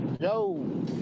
Yo